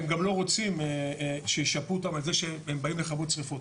הם גם לא רוצים שישפו אותם על זה שהם באים לכבות שריפות,